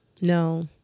No